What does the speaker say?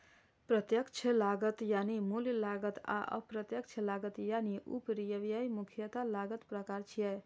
प्रत्यक्ष लागत यानी मूल लागत आ अप्रत्यक्ष लागत यानी उपरिव्यय मुख्यतः लागतक प्रकार छियै